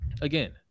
again